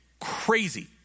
crazy